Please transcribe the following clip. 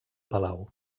palau